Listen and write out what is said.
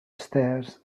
stairs